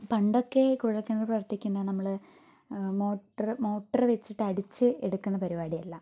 പണ്ടൊക്കെ കുഴല്ക്കിണർ പ്രവര്ത്തിക്കുന്നത് നമ്മൾ മോട്ടർ മോട്ടർ വച്ചിട്ട് അടിച്ചു എടുക്കുന്ന പരിപാടിയല്ല